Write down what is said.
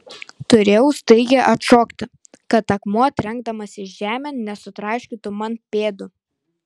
turėjau staigiai atšokti kad akmuo trenkdamasis žemėn nesutraiškytų man pėdų